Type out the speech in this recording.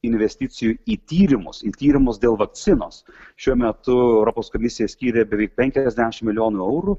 investicijų į tyrimus į tyrimus dėl vakcinos šiuo metu europos komisija skyrė beveik penkiasdešimt milijonų eurų